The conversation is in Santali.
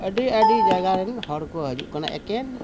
ᱟᱹᱰᱤ ᱟᱹᱰᱤ ᱡᱟᱭᱜᱟ ᱨᱮᱱ ᱦᱚᱲ ᱠᱚ ᱦᱤᱡᱩᱜ ᱠᱟᱱᱟ ᱮᱠᱮᱱ